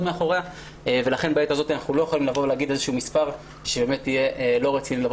מאחוריה ולכן אנחנו לא יכולים להגיד מספר שיהיה לא רציני.